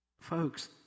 Folks